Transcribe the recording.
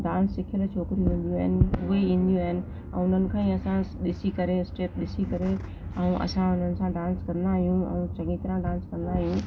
dance सिखनि छोकिरियूं ईंदियूं आहिनि उहा ई ईंदियूं आहिनि ऐं उन्हनि खां ई असां ॾिसी करे स्टैप ॾिसी करे ऐं असां उन्हनि सां डांस कंदा आहियूं ऐं चङी तरह डांस कंदा आहियूं